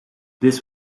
this